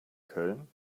köln